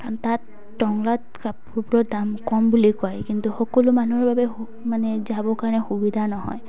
কাৰণ তাত টংলাত কাপোবোৰৰ দাম কম বুলি কয় কিন্তু সকলো মানুহৰ বাবে মানে যাবৰ কাৰণে সুবিধা নহয়